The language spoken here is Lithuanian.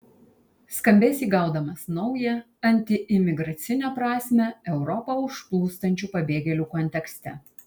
skambės įgaudamas naują antiimigracinę prasmę europą užplūstančių pabėgėlių kontekste